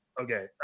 Okay